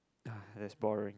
ya that's boring